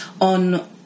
on